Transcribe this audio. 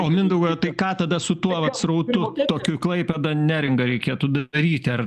o mindaugai o tai ką tada su tuo srautu tokiu į klaipėdą neringą reikėtų daryti ar